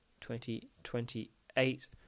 2028